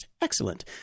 Excellent